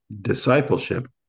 discipleship